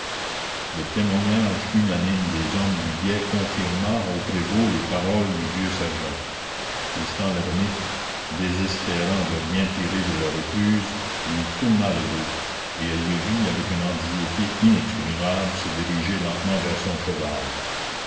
le témoignage unanime des hommes du guet confirma au prévôt les paroles du vieux sergent tristan l'hermite désespérant de rien tirer de la recluse lui tourna le dos et elle le vit avec une anxiété inexprimable se diriger lentement vers son cheval